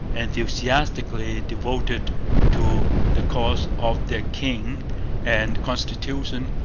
enthusiastically devoted to the cause of their king and constitution,